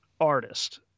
artist